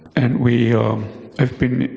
and we have been